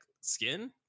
skin